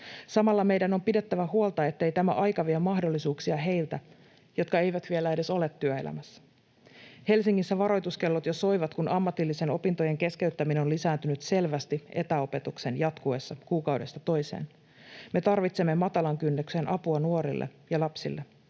Samalla meidän on pidettävä huolta, ettei tämä aika vie mahdollisuuksia heiltä, jotka eivät vielä edes ole työelämässä. Helsingissä varoituskellot jo soivat, kun ammatillisten opintojen keskeyttäminen on lisääntynyt selvästi etäopetuksen jatkuessa kuukaudesta toiseen. Me tarvitsemme matalan kynnyksen apua nuorille ja lapsille.